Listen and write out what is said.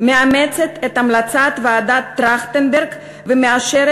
מאמצת את המלצת ועדת טרכטנברג ומאשרת